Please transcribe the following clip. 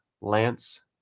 Lance